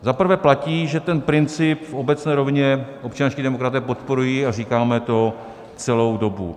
Za prvé platí, že ten princip v obecné rovině občanští demokraté podporují a říkáme to celou dobu.